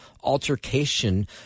altercation